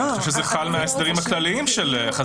אני חושב שזה חל מההסדרים הכלליים של חזרה מהודאה.